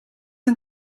een